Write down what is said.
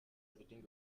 editing